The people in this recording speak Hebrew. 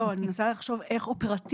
אני מנסה לחשוב איך אופרטיבית